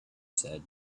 said